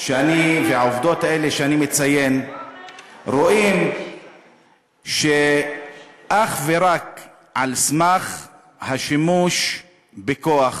והעובדות האלה שאני מציין רואים שאך ורק על סמך השימוש בכוח